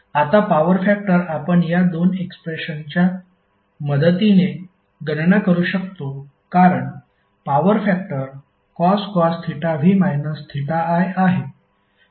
आता power factor आपण या 2 एक्सप्रेशन्सच्या मदतीने गणना करू शकतो कारण power factor cos v i आहे